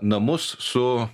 namus su